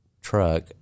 truck